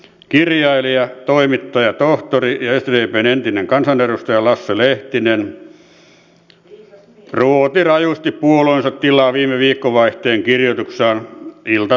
kirjailija toimittaja tohtori ja sdpn entinen kansanedustaja lasse lehtinen ruoti rajusti puolueensa tilaa viime viikonvaihteen kirjoituksessaan ilta sanomissa